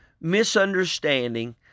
misunderstanding